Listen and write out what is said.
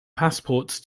passports